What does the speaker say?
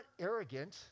arrogant